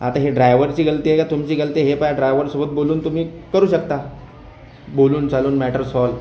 आता हे ड्रायव्हरची गलती आहे का तुमची गलती हे पाय ड्रायव्हरसोबत बोलून तुम्ही करू शकता बोलून चालून मॅटर सॉल्व्ह